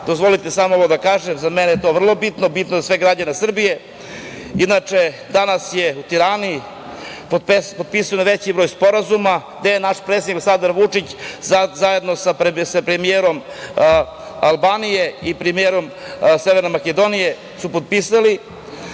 dozvolite mi samo da kažem, za mene je vrlo bitno, i za građane Srbije, danas je u Tirani, potpisan veći broj sporazuma, gde je naš predsednik Aleksandar Vučić, zajedno sa premijerom Albanije i premijerom Severne Makedonije, potpisali